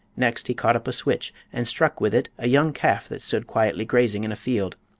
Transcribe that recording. next he caught up a switch and struck with it a young calf that stood quietly grazing in a field.